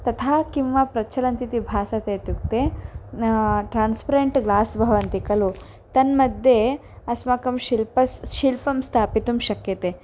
तथा किं वा प्रचलन्ति इति भासते इत्युक्ते ट्रान्स्पेरेण्ट् ग्लास् भवन्ति खलु तन्मध्ये अस्माकं शिल्पं शिल्पं स्थापयितुं शक्यते